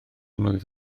mlwydd